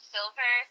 Silver